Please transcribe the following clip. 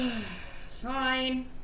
Fine